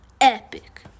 Epic